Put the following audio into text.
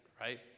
right